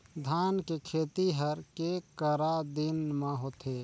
धान के खेती हर के करा दिन म होथे?